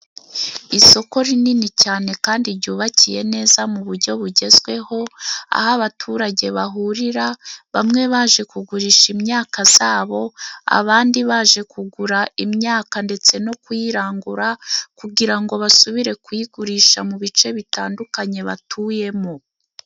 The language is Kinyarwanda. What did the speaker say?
Isoko rinini cyane kandi jyubakiye neza mu bujyo bugezweho, aho abaturage bahurira bamwe baje kugurisha imyaka zabo, abandi baje kugura imyaka ndetse no kuyirangura kugira ngo basubire kuyigurisha mu bice bitandukanye batuyemo.